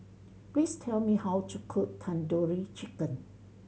please tell me how to cook Tandoori Chicken